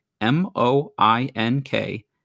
M-O-I-N-K